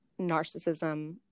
narcissism